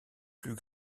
plus